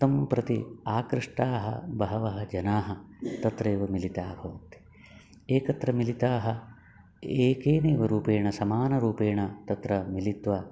तं प्रति आकृष्टाः बहवः जनाः तत्रैव मिलिताः भवन्ति एकत्र मिलिताः एकेनैव रूपेण समानरूपेण तत्र मिलित्वा